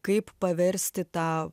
kaip paversti tą